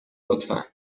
لطفا